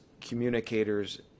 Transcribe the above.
communicators